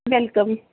welcome